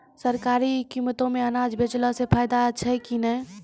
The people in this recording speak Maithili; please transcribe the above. सरकारी कीमतों मे अनाज बेचला से फायदा छै कि नैय?